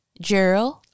Gerald